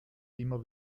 immer